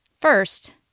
First